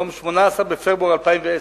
18 בפברואר 2010,